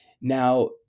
now